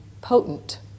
potent